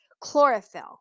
Chlorophyll